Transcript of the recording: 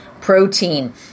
protein